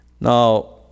Now